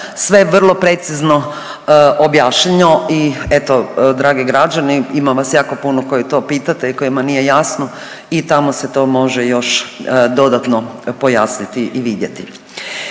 sve vrlo precizno objašnjeno. I eto dragi građani ima v vas jako puno koji to pitate i kojima nije jasno i tamo se to može još dodatno pojasniti i vidjeti.